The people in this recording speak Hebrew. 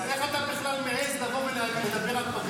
אז איך אתה בכלל מעז לבוא ולדבר על פגרה?